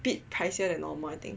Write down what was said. bit pricier than normal I think